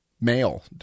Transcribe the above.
male